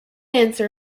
answer